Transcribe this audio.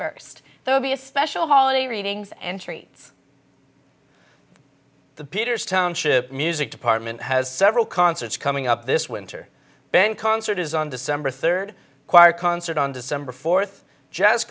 first though be a special holiday greetings and treats the peters township music department has several concerts coming up this winter bank concert is on december third choir concert on december fourth jazz